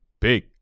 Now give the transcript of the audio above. Big